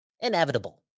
inevitable